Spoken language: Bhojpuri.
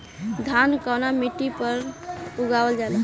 धान कवना मिट्टी पर उगावल जाला?